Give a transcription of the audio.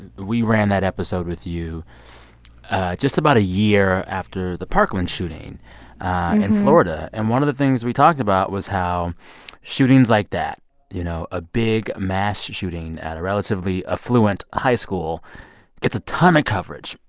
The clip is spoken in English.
we ran that episode with you just about a year after the parkland shooting in florida. and one of the things we talked about was how shootings like that you know, a big mass shooting at a relatively affluent high school gets a ton of coverage.